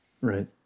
Right